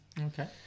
Okay